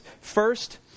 First